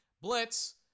blitz